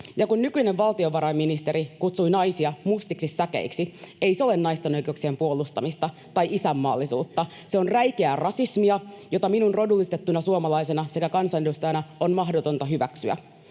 Ja kun nykyinen valtiovarainministeri kutsui naisia mustiksi säkeiksi, ei se ole naisten oikeuksien puolustamista tai isänmaallisuutta. Se on räikeää rasismia, jota minun rodullistettuna suomalaisena sekä kansanedustajana on mahdotonta hyväksyä.